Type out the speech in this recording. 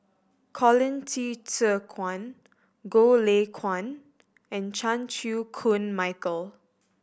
Colin Qi Zhe Kuan Goh Lay Kuan and Chan Chew Koon Michael